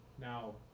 Now